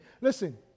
Listen